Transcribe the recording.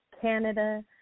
Canada